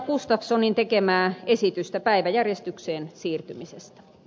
gustafssonin tekemää esitystä päiväjärjestykseen siirtymisestät